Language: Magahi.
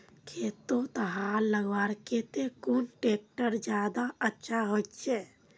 खेतोत हाल लगवार केते कुन ट्रैक्टर ज्यादा अच्छा होचए?